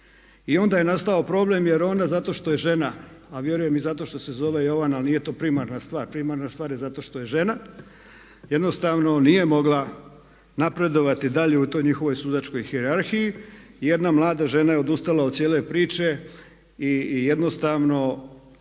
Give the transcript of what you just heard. I onda je nastao problem jer ona zato što je žena a vjerujem i zato što se zove Jovana, ali nije to primarna stvar, primarna stvar je zato što je žena, jednostavno nije mogla napredovati dalje u toj njihovoj sudačkoj hijerarhiji. I jedna mlada žena je odustala od cijele priče i jednostavno